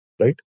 right